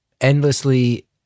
endlessly